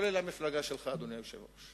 כולל המפלגה שלך, אדוני היושב-ראש.